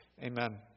Amen